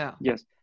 yes